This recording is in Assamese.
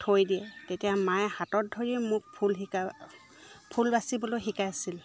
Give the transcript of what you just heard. থৈ দিয়ে তেতিয়া মায়ে হাতত ধৰি মোক ফুল শিকা ফুল বাছিবলৈ শিকাইছিল